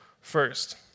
first